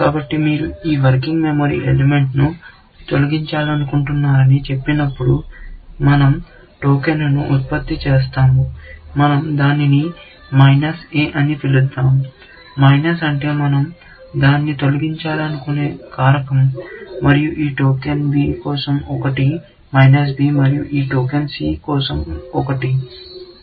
కాబట్టి మీరు ఈ వర్కింగ్ మెమరీ ఎలిమెంట్ను తొలగించాలనుకుంటున్నారని చెప్పినప్పుడు మనం టోకెన్ను ఉత్పత్తి చేస్తాము మనం దానిని అని పిలుద్దాం మైనస్ అంటే మనం దాన్ని తొలగించాలనుకునే కారకం మరియు ఈ టోకెన్ B కోసం ఒకటి మరియు ఈ టోకెన్ C కోసం ఒకటి C